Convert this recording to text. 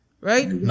Right